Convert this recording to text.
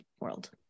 world